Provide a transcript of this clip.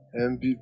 MVP